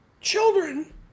children